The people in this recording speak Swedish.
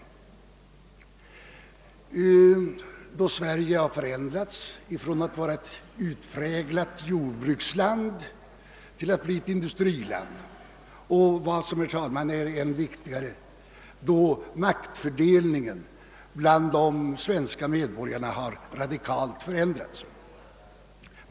Sverige har förändrats från att ha varit ett utpräglat jordbruksland till att bli ett industriland och vad som, herr talman, är än viktigare: maktfördelningen inom det svenska folket har radikalt förändrats.